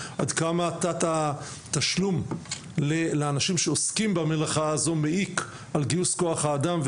עד כמה תת התשלום לאנשים שעוסקים במלאכה הזו מעיק על גיוס כוח האדם,